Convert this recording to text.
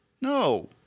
No